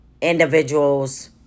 individuals